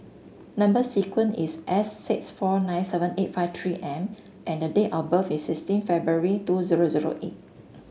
number sequence is S six four nine seven eight five three M and date of birth is sixteen February two zero zero eight